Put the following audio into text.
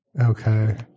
Okay